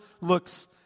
looks